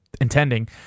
intending